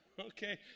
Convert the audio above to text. Okay